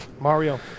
Mario